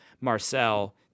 Marcel